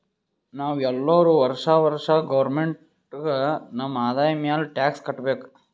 ನಾವ್ ಎಲ್ಲೋರು ವರ್ಷಾ ವರ್ಷಾ ಗೌರ್ಮೆಂಟ್ಗ ನಮ್ ಆದಾಯ ಮ್ಯಾಲ ಟ್ಯಾಕ್ಸ್ ಕಟ್ಟಬೇಕ್